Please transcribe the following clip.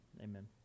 Amen